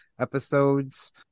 episodes